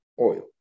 oil